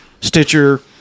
Stitcher